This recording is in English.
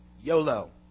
YOLO